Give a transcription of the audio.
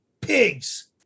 pigs